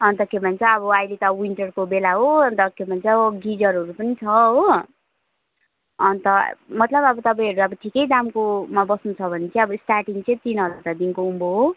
अन्त के भन्छ अब अहिले त विन्टरको बेला हो अन्त के भन्छ गिजरहरू पनि छ हो अन्त मतलब अब तपाईँहरू अब ठिकै दामकोमा बस्नु छ भने चाहिँ अब स्टार्टिङ चाहिँ तिन हजारदेखिको उँभो हो